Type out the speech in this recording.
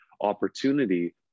opportunity